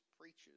preaches